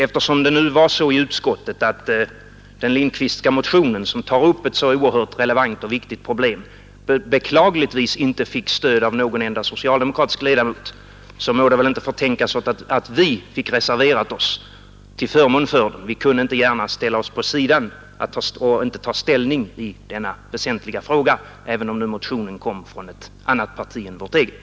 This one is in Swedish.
Eftersom det var så i utskottet, att den Lindkvistska motionen, som tar upp ett så oerhört relevant och viktigt problem, beklagligtvis inte fick stöd av någon enda socialdemokratisk ledamot, må det väl inte förtänkas oss att vi reserverade oss till förmån för motionen. Vi kunde inte gärna ställa oss på sidan och inte ta ställning i denna väsentliga fråga, även om motionen kom från ett annat parti än vårt eget.